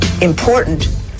important